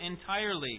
entirely